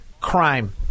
crime